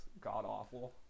god-awful